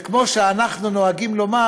וכמו שאנחנו נוהגים לומר,